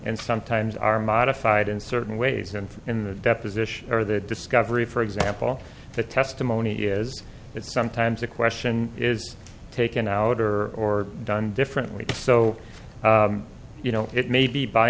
and sometimes are modified in certain ways and in the deposition or the discovery for example the testimony is that sometimes a question is taken out or or done differently so you know it may be by